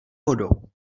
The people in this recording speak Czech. vodou